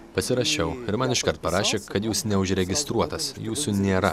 pasirašiau ir man iškart parašė kad jūs neužregistruotas jūsų nėra